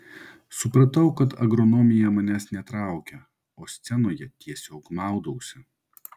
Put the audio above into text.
supratau kad agronomija manęs netraukia o scenoje tiesiog maudausi